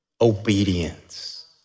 Obedience